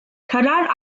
karar